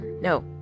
No